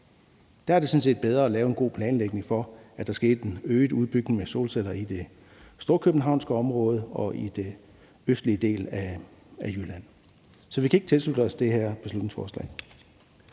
sådan set bedre at lave en god planlægning af, at der sker en øget udbygning med solceller i det storkøbenhavnske område og i den østlige del af Jylland. Så vi kan ikke tilslutte os det her beslutningsforslag.